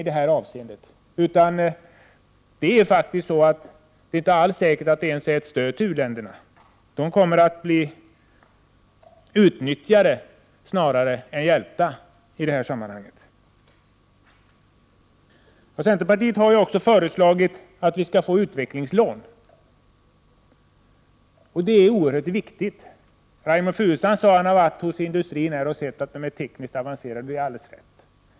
Det är inte alls säkert att avregleringen är ett stöd för u-länderna. De kommer snarare att bli utnyttjade än hjälpta. Centerpartiet har också föreslagit att utvecklingslån skall inrättas. Det är oerhört viktigt. Reynoldh Furustrand sade att han hade sett att industrin är tekniskt avancerad. Det är alldeles rätt.